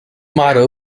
motto